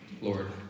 Lord